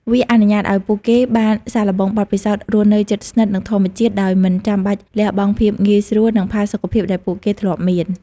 វាអនុញ្ញាតឲ្យពួកគេបានសាកល្បងបទពិសោធន៍រស់នៅជិតស្និទ្ធនឹងធម្មជាតិដោយមិនចាំបាច់លះបង់ភាពងាយស្រួល និងផាសុកភាពដែលពួកគេធ្លាប់មាន។